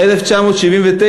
1979,